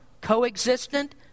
co-existent